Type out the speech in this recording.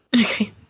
okay